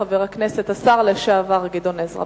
חבר הכנסת השר לשעבר גדעון עזרא.